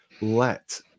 let